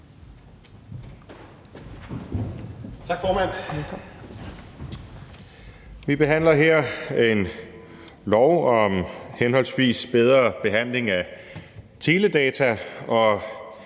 Tak, formand. Vi behandler her et lovforslag om henholdsvis bedre behandling af teledata og